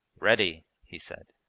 ready, he said.